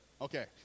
Okay